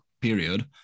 period